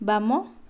ବାମ